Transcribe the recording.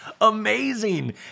amazing